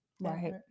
Right